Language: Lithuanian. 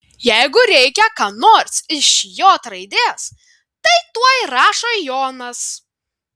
jeigu reikia ką nors iš j raidės tai tuoj rašo jonas